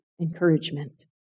encouragement